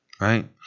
Right